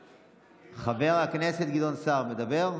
מדבר?